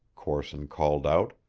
corson called out,